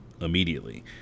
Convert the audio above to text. immediately